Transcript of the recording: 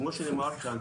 כמו שנאמר כאן,